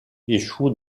échoue